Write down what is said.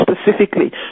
specifically